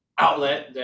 outlet